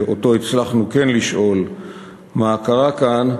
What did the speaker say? והצלחנו לשאול אותו מה קרה כאן,